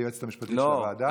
היועצת המשפטית של הוועדה,